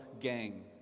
gang